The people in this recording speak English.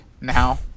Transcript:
now